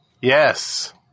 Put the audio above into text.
Yes